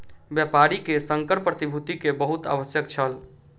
व्यापारी के संकर प्रतिभूति के बहुत आवश्यकता छल